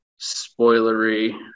spoilery